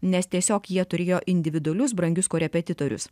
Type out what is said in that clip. nes tiesiog jie turėjo individualius brangius korepetitorius